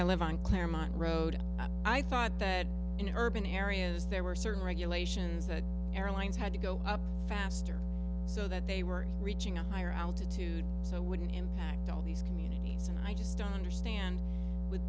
i live on claremont road and i thought bad in urban areas there were certain regulations that airlines had to go faster so that they were reaching a higher altitude so wouldn't impact all these communities i just don't understand with